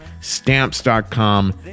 stamps.com